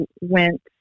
went